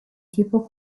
tipo